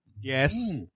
Yes